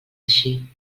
així